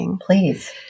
Please